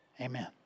Amen